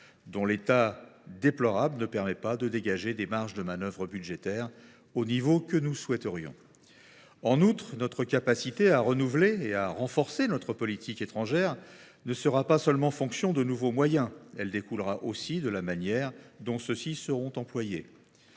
dont l’état déplorable ne permet pas de dégager des marges de manœuvre budgétaires au niveau que nous souhaiterions. En outre, notre capacité à renouveler et à renforcer notre politique étrangère ne sera pas seulement fonction de nouveaux moyens. Elle découlera aussi de la manière dont ceux ci seront employés.